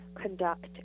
conduct